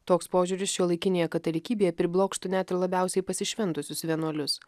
toks požiūris šiuolaikinėje katalikybėje priblokštų net ir labiausiai pasišventusius vienuolius